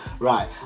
Right